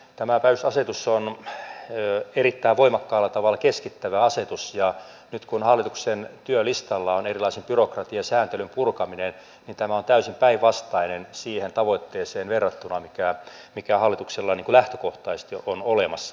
tämä päivystysasetus on erittäin voimakkaalla tavalla keskittävä asetus ja nyt kun hallituksen työlistalla on erilaisen byrokratian ja sääntelyn purkaminen niin tämä on täysin päinvastainen siihen tavoitteeseen verrattuna mikä hallituksella lähtökohtaisesti on olemassa